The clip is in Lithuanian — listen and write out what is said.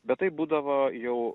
bet tai būdavo jau